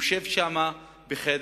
יושב שם בחדר.